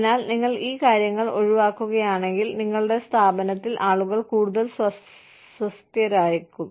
അതിനാൽ നിങ്ങൾ ഈ കാര്യങ്ങൾ ഒഴിവാക്കുകയാണെങ്കിൽ ഞങ്ങളുടെ സ്ഥാപനത്തിൽ ആളുകൾ കൂടുതൽ സ്വാസ്ഥ്യരാകും